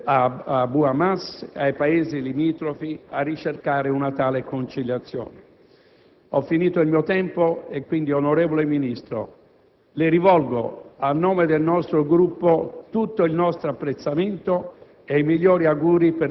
Aprire un dialogo con Hamas non significa negoziare direttamente con Hamas, come ha detto l'onorevole Ministro. La partecipazione di Hamas a negoziati politici non è possibile fino a quando Hamas stessa non riconoscerà